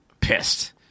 pissed